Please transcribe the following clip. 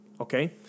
okay